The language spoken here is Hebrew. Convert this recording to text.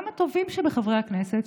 גם הטובים שבחברי הכנסת,